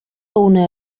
una